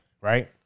right